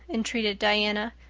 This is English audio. entreated diana.